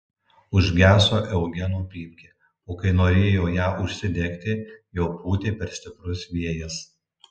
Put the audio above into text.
užgeso eugeno pypkė o kai norėjo ją užsidegti jau pūtė per stiprus vėjas